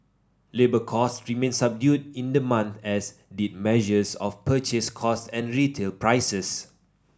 labour costs remained subdued in the month as did measures of purchase costs and retail prices